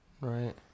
Right